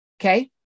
okay